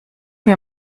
mir